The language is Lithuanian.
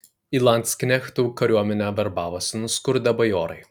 į landsknechtų kariuomenę verbavosi nuskurdę bajorai